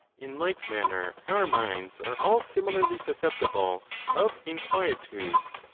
in like manner our minds are all similarly susceptible of inquietudes,